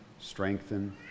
strengthen